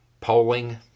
polling